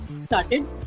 started